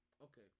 Okay